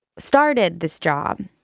started this job.